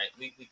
right